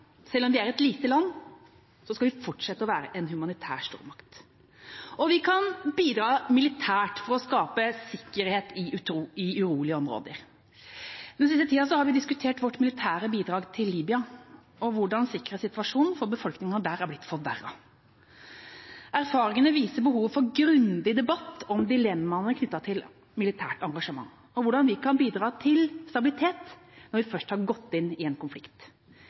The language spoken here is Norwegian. Selv om vi er et lite land, skal vi fortsette å være en humanitær stormakt. Vi kan også bidra militært for å skape sikkerhet i urolige områder. Den siste tida har vi diskutert vårt militære bidrag til Libya og hvordan sikkerhetssituasjonen for befolkninga der har blitt forverret. Erfaringene viser behovet for grundig debatt om dilemmaene knyttet til militært engasjement og om hvordan vi kan bidra til stabilitet når vi først har gått inn i en konflikt.